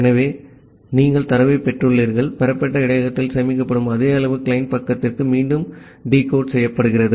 ஆகவே நீங்கள் தரவைப் பெற்றுள்ளீர்கள் பெறப்பட்ட இடையகத்தில் சேமிக்கப்படும் அதே தரவு கிளையன்ட் பக்கத்திற்கு மீண்டும் டிகோட் செய்யப்படுகிறது